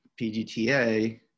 PGTA